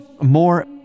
more